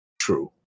true